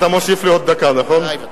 אתה מוסיף לי דקה, נכון?